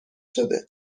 شده